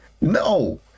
No